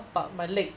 mm